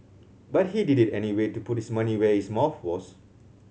but he did it anyway to put his money where his mouth was